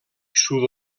sud